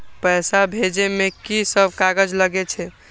पैसा भेजे में की सब कागज लगे छै?